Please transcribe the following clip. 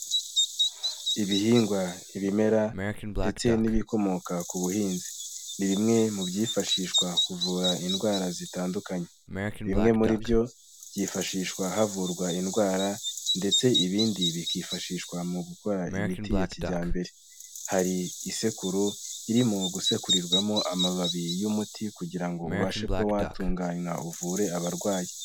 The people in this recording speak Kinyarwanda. Ibihingwa, ibimera ndetse n'ibikomoka ku buhinzi. Ni bimwe mu byifashishwa kuvura indwara zitandukanye. Bimwe muri byo byifashishwa havurwa indwara ndetse ibindi bikifashishwa mu gukora imiti ya kijyambere. Hari isekuru irimo gusekurirwamo amababi y'umuti kugira ngo ubashe kuba watunganywa uvure abarwayi.